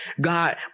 God